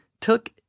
took